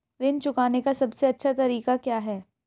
ऋण चुकाने का सबसे अच्छा तरीका क्या है?